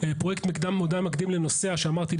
אבל בשביל